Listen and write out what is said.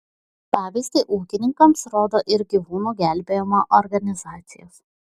pavyzdį ūkininkams rodo ir gyvūnų gelbėjimo organizacijos